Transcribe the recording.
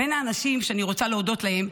בין האנשים שאני רוצה להודות להם,